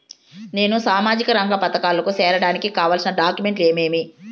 నేను సామాజిక రంగ పథకాలకు సేరడానికి కావాల్సిన డాక్యుమెంట్లు ఏమేమీ?